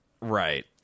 Right